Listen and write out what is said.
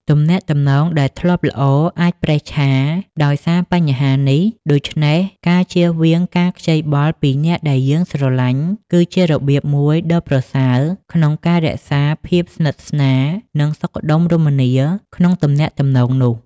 ទំនាក់ទំនងដែលធ្លាប់ល្អអាចប្រេះឆាដោយសារបញ្ហានេះ ដូច្នេះ ការជៀសវាងការខ្ចីបុលពីអ្នកដែលយើងស្រឡាញ់ គឺជារបៀបមួយដ៏ប្រសើរក្នុងការរក្សាភាពស្និទ្ធស្នាល និងសុខដុមរមនាក្នុងទំនាក់ទំនងនោះ។